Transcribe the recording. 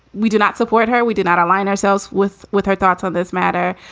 we do not support her. we do not align ourselves with with our thoughts on this matter